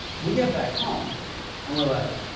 we get back home and we're like,